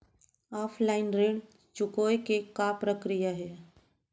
Offline ऋण चुकोय के का प्रक्रिया हे?